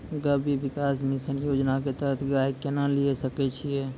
गव्य विकास मिसन योजना के तहत गाय केना लिये सकय छियै?